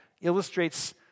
illustrates